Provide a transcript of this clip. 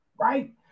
right